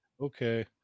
okay